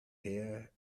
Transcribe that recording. hair